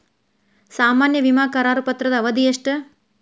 ಸಾಮಾನ್ಯ ವಿಮಾ ಕರಾರು ಪತ್ರದ ಅವಧಿ ಎಷ್ಟ?